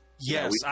Yes